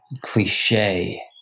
cliche